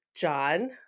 John